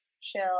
chill